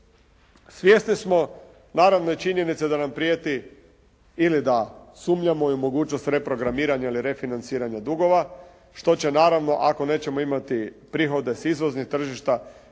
Svjesni smo naravno i činjenice da nam prijeti ili da sumnjamo u mogućnost reprogramiranja ili refinanciranja dugova što će naravno ako nećemo imati prihode s izvoznih tržišta